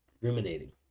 ruminating